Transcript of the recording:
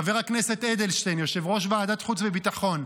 חבר הכנסת אדלשטיין, יושב-ראש ועדת החוץ והביטחון.